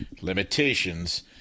Limitations